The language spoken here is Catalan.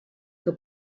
que